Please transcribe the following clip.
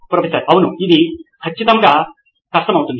professor అవును అది ఖచ్చితంగా కష్టం అవుతుంది